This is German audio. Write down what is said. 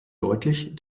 deutlich